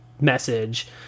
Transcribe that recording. message